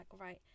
right